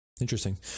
interesting